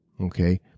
Okay